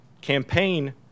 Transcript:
Campaign